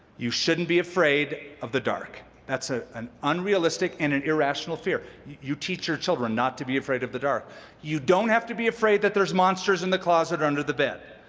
you shouldn't be afraid of the dark. that's ah unrealistic and an irrational fear. you teach your children not to be afraid of the dark you don't have to be afraid that there's monsters in the closet or under the bed.